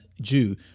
Jew